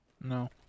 No